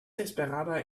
esperaba